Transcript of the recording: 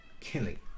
killing